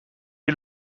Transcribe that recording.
est